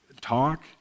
talk